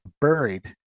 buried